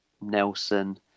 Nelson